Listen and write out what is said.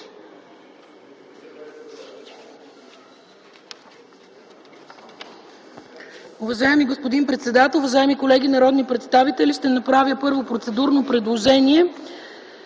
Уважаеми господин председател, уважаеми колеги народни представители, първо ще направя процедурно предложение